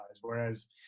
whereas